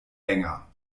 länger